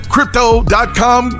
crypto.com